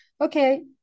okay